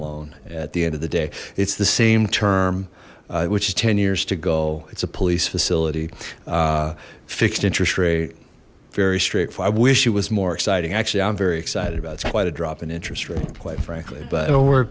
loan at the end of the day it's the same term which is ten years to go it's a police facility fixed interest rate very straight for i wish it was more exciting actually i'm very excited about it's quite a drop in interest rate quite frankly but we're